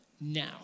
now